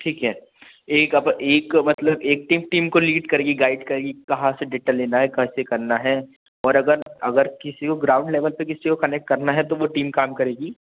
ठीक है एक अब एक मतलब एक टीम टीम को लीड करेगी गाइड करेगी कहाँ से डेटा लेना है कैसे करना है और अगर अगर किसी को ग्राउंड लेबल पर किसी को कनेक्ट करना है तो वह टीम काम करेगी